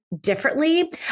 differently